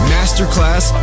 Masterclass